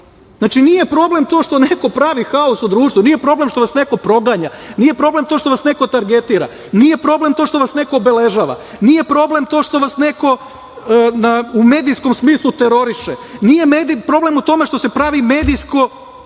Znači, nije problem to što neko pravi haos u društvu, nije problem što vas neko proganja, nije problem što vas neko targetira, nije problem to što vas neko obeležava, nije problem to što vas neko u medijskom smislu teroriše, nije problem u tome što se radi medijska